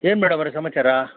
ಏನು ಮೇಡಮ್ ಅವರೇ ಸಮಾಚಾರ